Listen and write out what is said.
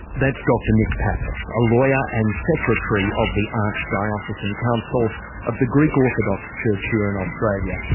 that's dr nick pappas, a lawyer and secretary of the archdiocesan council of the greek orthodox church here in australia,